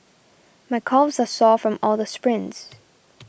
my calves are sore from all the sprints